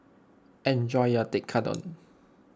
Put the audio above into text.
enjoy your Tekkadon